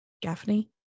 Gaffney